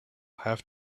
have